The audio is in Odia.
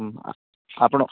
ହଁ ଆପଣ